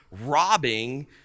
robbing